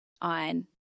on